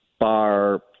bar